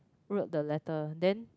wrote the letter then